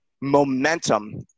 momentum